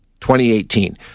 2018